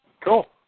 Cool